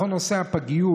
בכל נושא הפגות,